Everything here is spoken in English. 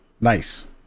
Nice